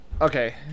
Okay